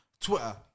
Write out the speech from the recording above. Twitter